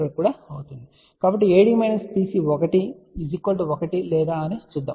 కాబట్టి AD BC 1 లేదా చూద్దాం